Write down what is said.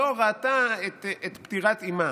לא ראתה את פטירת אימה